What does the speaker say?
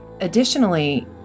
Additionally